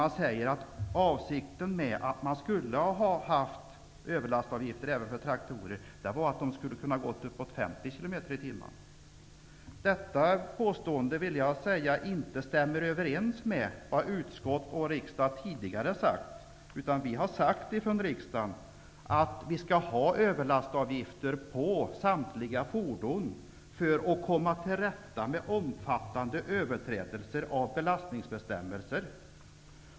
Man säger att avsikten med överlastavgifter även för traktorer var att de skulle kunna köra i hastigheter upp till 50 km/tim. Detta påstående stämmer inte överens med vad utskott och riksdag tidigare sagt. Riksdagen har sagt att vi skall ha överlastavgifter för samtliga fordon för att komma till rätta med omfattande överträdelser av belastningsbestämmelser.